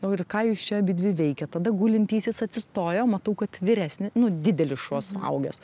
o ir ką jūs čia abidvi veikiat tada gulintysis atsistojo matau kad vyresni nu didelis šuo suaugęs